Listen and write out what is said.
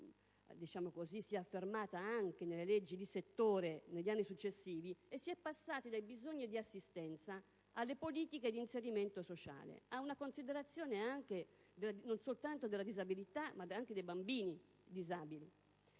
si è affermata anche nelle leggi di settore, passando dai bisogni di assistenza alle politiche di inserimento sociale, e a una considerazione non soltanto della disabilità, ma anche dei bambini disabili.